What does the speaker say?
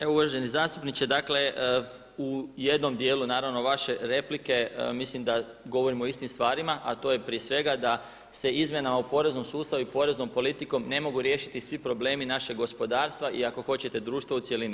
Evo, uvaženi zastupniče, dakle, u jednom dijelu naravno vaše replike mislim da govorimo o istim stvarima, a to je prije svega da se izmjena u poreznom sustavu i poreznom politikom ne mogu riješiti svi problemi našeg gospodarstva i ako hoćete društva u cjelini.